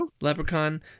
Leprechaun